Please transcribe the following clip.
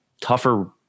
tougher